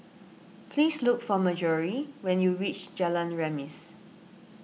please look for Marjory when you reach Jalan Remis